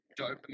dopamine